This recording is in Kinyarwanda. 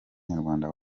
nyarwanda